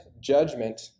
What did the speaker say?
judgment